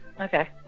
Okay